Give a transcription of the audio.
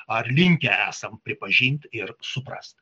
ar linkę esam pripažint ir suprast